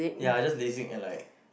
ya just lasik and like